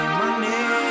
money